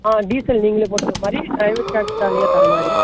ஆ diesel நீங்களே போட்டுக்குறமாதிரி driver charge தனியாக தரமாதிரி